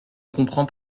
comprends